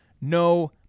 no